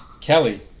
Kelly